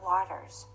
waters